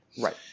Right